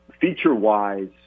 Feature-wise